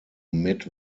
mid